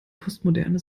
postmoderne